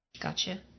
gotcha